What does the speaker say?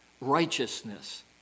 righteousness